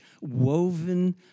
woven